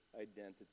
identity